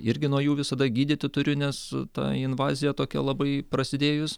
irgi nuo jų visada gydyti turiu nes ta invazija tokia labai prasidėjus